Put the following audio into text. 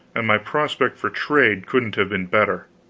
and my prospect for trade couldn't have been better.